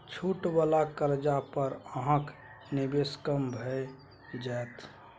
छूट वला कर्जा पर अहाँक निवेश कम भए जाएत